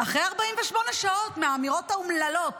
אחרי 48 שעות מהאמירות האומללות